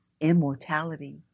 immortality